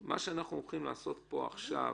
מה שאנחנו הולכים לעשות פה עכשיו,